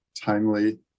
timely